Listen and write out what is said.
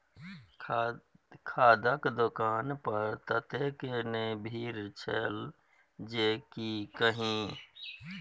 खादक दोकान पर ततेक ने भीड़ छल जे की कही